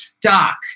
Doc